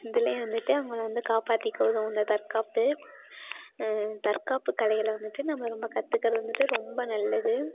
இதில் வந்துட்டு அவங்கள வந்து காப்பாற்றிக்க உதவும் இந்த தற்காப்பு தற்காப்பு கலைகளை வந்துட்டு நம்ம ரொம்ப கற்றுக்கறது வந்துட்டு ரொம்ப நல்லது